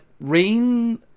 rain